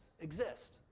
exist